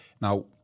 Now